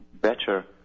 better